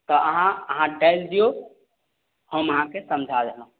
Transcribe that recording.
तऽ अहाँ अहाँ डालि दियौ हम अहाँके समझा देलहुँ